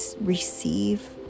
receive